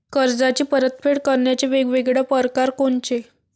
कर्जाची परतफेड करण्याचे वेगवेगळ परकार कोनचे?